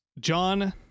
John